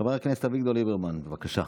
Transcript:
חבר הכנסת אביגדור ליברמן, בבקשה.